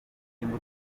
imbuto